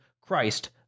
Christ